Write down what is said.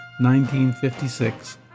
1956